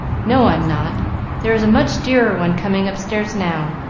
no, i'm not there's a much dearer one coming upstairs now,